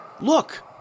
Look